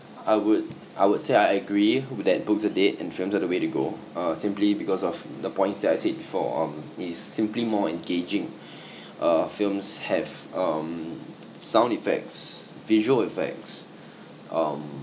I would I would say I agree that books are dead and films are the way to go uh simply because of the points that I said before um it is simply more engaging uh films have um sound effects visual effects um